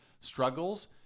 struggles